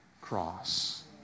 cross